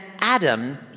Adam